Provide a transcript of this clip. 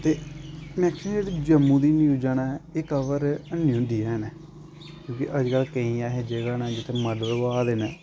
ते लेकिन जेह्ड़ी जम्मू दी न्यूजां न एह् कवर हैनी होंदी हैन क्योंकि अज्जकल केईं ऐसी जगह् न जित्थे न